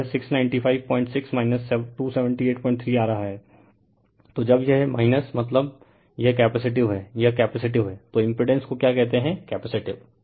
तो जब यह मतलब रिफर टाइम 3046 यह कैपेसिटिव है यह कैपेसिटिव है रिफर टाइम 3048 तो इम्पिड़ेंस को क्या कहते है कैपेसिटिव